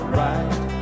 right